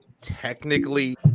technically